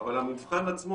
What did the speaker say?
אבל המבחן עצמו,